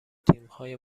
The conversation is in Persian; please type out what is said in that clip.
تیمهای